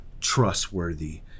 trustworthy